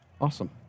Awesome